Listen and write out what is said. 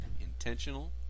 intentional